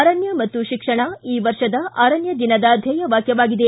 ಅರಣ್ಯ ಮತ್ತು ಶಿಕ್ಷಣ ಈ ವರ್ಷದ ಅರಣ್ಯ ದಿನದ ಧ್ಯೇಯ ವಾಕ್ಯವಾಗಿದೆ